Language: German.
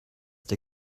der